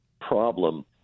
problem